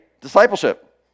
discipleship